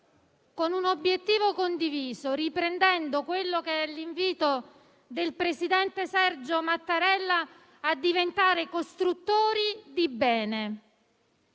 con un obiettivo condiviso, riprendendo l'invito del presidente Sergio Mattarella a diventare costruttori di bene.